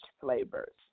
flavors